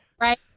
right